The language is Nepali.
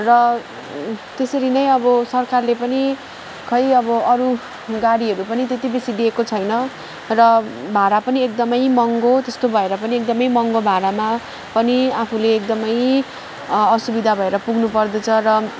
र त्यसरी नै अब सरकारले पनि खोइ अब अरू गाडीहरू पनि त्यति बेसी दिएको छैन र भाडा पनि एकदम महँगो त्यस्तो भएर पनि एकदम महँगो भाडामा पनि आफूले एकदम असुविधा भएर पुग्नु पर्दछ र